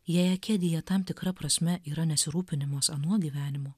jei akedija tam tikra prasme yra nesirūpinimas anuo gyvenimu